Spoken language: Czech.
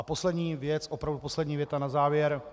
A poslední věc, opravdu poslední věta na závěr.